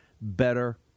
better